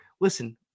listen